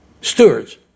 Stewards